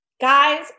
Guys